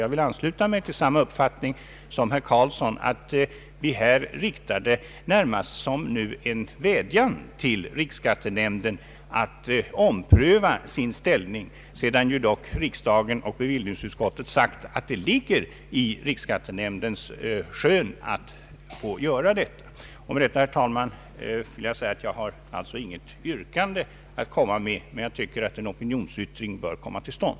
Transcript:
Jag vill ansluta mig till herr Carlssons uppfattning att vi närmast bör rikta en vädjan till riksskattenämnden att ompröva sin inställning sedan dock riksdagen och bevillningsutskottet har sagt att det ligger i riksskattenämndens skön att få göra detta. Herr talman! Jag har inget yrkande, men jag tycker att en opinionsyttring bör komma till stånd.